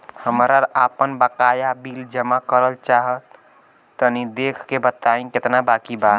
हमरा आपन बाकया बिल जमा करल चाह तनि देखऽ के बा ताई केतना बाकि बा?